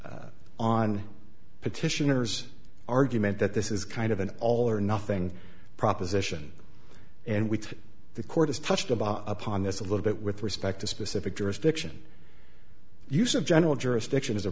on petitioners argument that this is kind of an all or nothing proposition and we the court is touched upon this a little bit with respect to specific jurisdiction use of general jurisdiction is a